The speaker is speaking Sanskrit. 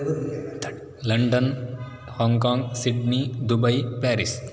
London Hong Kong Sydney Dubai Paris